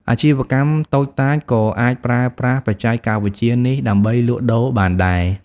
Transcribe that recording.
អាជីវកម្មតូចតាចក៏អាចប្រើប្រាស់បច្ចេកវិទ្យានេះដើម្បីលក់ដូរបានដែរ។